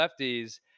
lefties